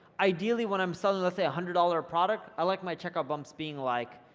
ideally when i'm selling, let's say a hundred dollar product, i like my checkout bumps being like,